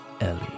Ellie